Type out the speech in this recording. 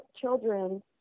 children